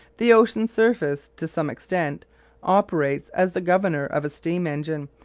the ocean surface to some extent operates as the governor of a steam-engine,